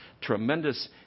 tremendous